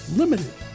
limited